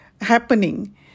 happening